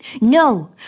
No